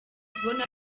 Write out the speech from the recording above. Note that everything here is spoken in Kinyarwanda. kubona